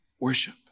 worship